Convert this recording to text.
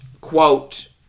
quote